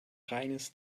reines